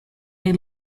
they